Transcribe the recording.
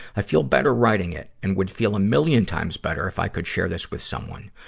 i feel better writing it and would feel a million times better if i could share this with someone.